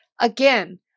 Again